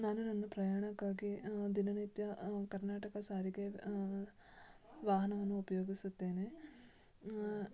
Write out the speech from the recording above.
ನಾನು ನನ್ನ ಪ್ರಯಾಣಕ್ಕಾಗಿ ದಿನ ನಿತ್ಯ ಕರ್ನಾಟಕ ಸಾರಿಗೆ ವಾಹನವನ್ನು ಉಪಯೋಗಿಸುತ್ತೇನೆ